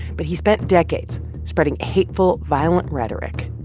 but he spent decades spreading hateful, violent rhetoric.